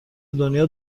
دنیا